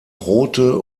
rote